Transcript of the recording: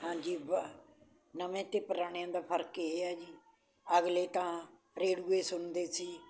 ਹਾਂਜੀ ਵ ਨਵੇਂ ਅਤੇ ਪੁਰਾਣਿਆਂ ਦਾ ਫਰਕ ਇਹ ਹੈ ਜੀ ਅਗਲੇ ਤਾਂ ਰੇਡੂਏ ਸੁਣਦੇ ਸੀ